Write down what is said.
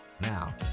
Now